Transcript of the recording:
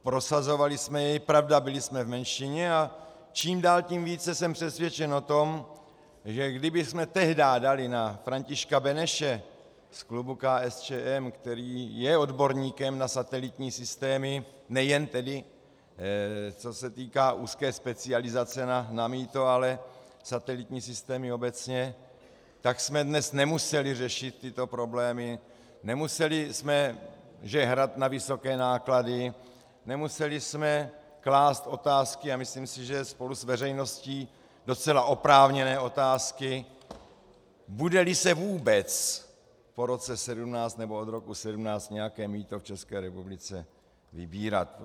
Prosazovali jsme jej, pravda, byli jsme v menšině, a čím dál tím více jsem přesvědčen o tom, že kdybychom tehdy dali na Františka Beneše z klubu KSČM, který je odborníkem na satelitní systémy, nejen tedy co se týká úzké specializace na mýto, ale satelitní systémy obecně, tak jsme dnes nemuseli řešit tyto problémy, nemuseli jsme žehrat na vysoké náklady, nemuseli jsme klást otázky, a myslím si, že spolu s veřejností docela oprávněné otázky, budeli se vůbec po roce 2017, nebo od roku 2017 nějaké mýto v České republice vybírat.